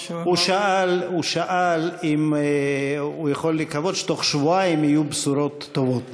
הוא שאל אם הוא יכול לקוות שבתוך שבועיים יהיו בשורות טובות.